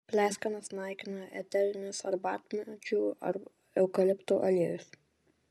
pleiskanas naikina eterinis arbatmedžių ar eukaliptų aliejus